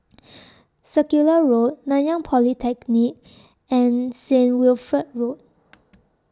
Circular Road Nanyang Polytechnic and Saint Wilfred Road